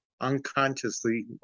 unconsciously